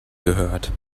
gehört